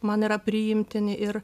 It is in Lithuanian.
man yra priimtini ir